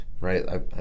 right